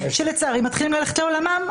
שלצערי מתחילים ללכת לעולמם,